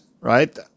right